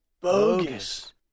Bogus